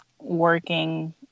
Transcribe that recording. working